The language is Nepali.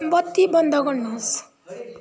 बत्ती बन्द गर्नुहोस्